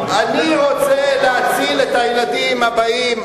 אני רוצה להציל את הילדים הבאים.